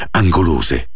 angolose